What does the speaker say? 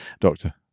Doctor